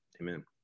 amen